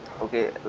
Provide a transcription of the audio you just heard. Okay